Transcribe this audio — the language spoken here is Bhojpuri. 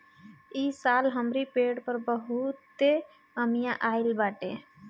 इस साल हमरी पेड़ पर बहुते अमिया आइल बाटे